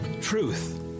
Truth